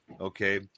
Okay